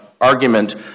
Argument